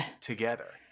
together